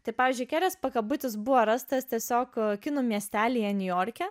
tai pavyzdžiui kelias pakabutis buvo rastas tiesiog kinų miestelyje niujorke